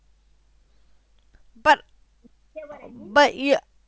but say what again but you